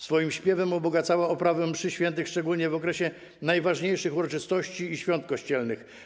Swoim śpiewem ubogacała oprawę mszy św., szczególnie w okresie najważniejszych uroczystości i świąt kościelnych.